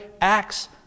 acts